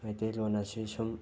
ꯃꯩꯇꯩꯂꯣꯟ ꯑꯁꯤ ꯁꯨꯝ